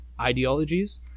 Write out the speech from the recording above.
ideologies